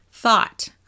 thought